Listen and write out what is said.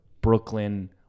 Brooklyn